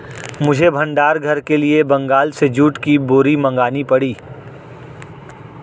मुझे भंडार घर के लिए बंगाल से जूट की बोरी मंगानी पड़ी